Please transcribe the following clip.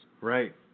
right